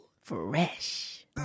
fresh